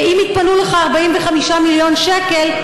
ואם יתפנו לך 45 מיליון שקל,